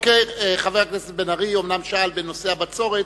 חבר הכנסת בן-ארי אומנם שאל בנושא הבצורת,